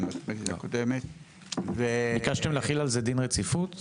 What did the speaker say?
פרופ' יציב, האם ביקשתם להחיל על זה דין רציפות?